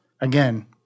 Again